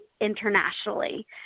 internationally